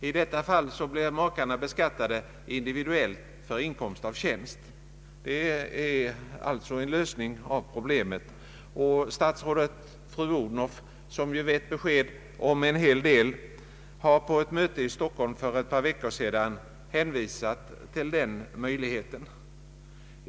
I detta fall blir makarna beskattade individuellt för inkomst av tjänst. Det är alltså en lösning av problemet. Statsrådet fru Odhnoff, som ju vet besked om en hel del, hänvisade på ett möte i Stockholm för ett par veckor sedan till den möjligheten.